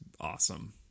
awesome